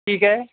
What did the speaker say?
ٹھیک ہے